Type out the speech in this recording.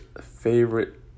favorite